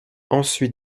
ensuite